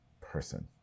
person